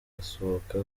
agasohoka